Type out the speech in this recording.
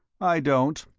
i don't.